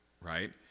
right